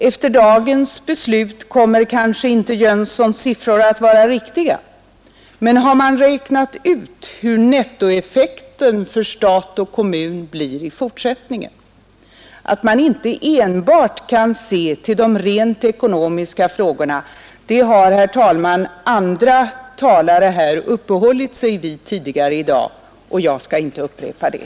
Efter dagens beslut kommer kanske inte Jönssons siffror att vara riktiga, men har man räknat ut hur nettoeffekten för stat och kommun blir i fortsättningen? Att man inte enbart kan se till de rent ekonomiska frågorna har, herr talman, andra talare här uppehållit sig vid tidigare i dag, och jag skall inte upprepa det.